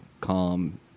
calm